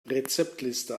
rezeptliste